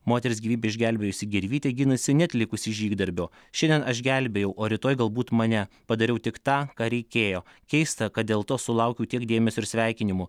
moters gyvybę išgelbėjusi gervytė ginasi neatlikusi žygdarbio šiandien aš gelbėjau o rytoj galbūt mane padariau tik tą ką reikėjo keista kad dėl to sulaukiau tiek dėmesio ir sveikinimų